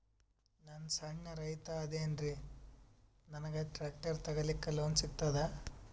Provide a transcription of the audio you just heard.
ನಾನ್ ಸಣ್ ರೈತ ಅದೇನೀರಿ ನನಗ ಟ್ಟ್ರ್ಯಾಕ್ಟರಿ ತಗಲಿಕ ಲೋನ್ ಸಿಗತದ?